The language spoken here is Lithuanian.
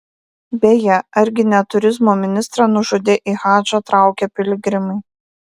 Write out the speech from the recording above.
beje argi ne turizmo ministrą nužudė į hadžą traukę piligrimai